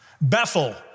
Bethel